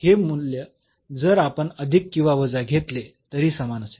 म्हणून हे मूल्य जर आपण अधिक किंवा वजा घेतले तरी समान असेल